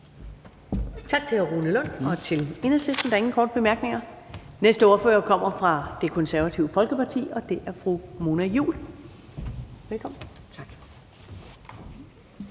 Tak til hr. Rune Lund og til Enhedslisten. Der er ingen korte bemærkninger. Næste ordfører kommer fra Det Konservative Folkeparti, og det er fru Mona Juul. Velkommen. Kl.